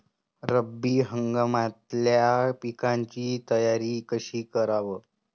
रब्बी हंगामातल्या पिकाइची तयारी कशी कराव?